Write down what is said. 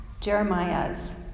Jeremiah's